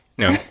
No